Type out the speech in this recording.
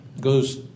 goes